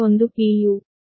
u